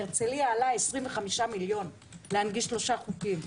אבל בהרצליה עלה 25 מיליון להנגיש שלושה חופים.